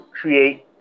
create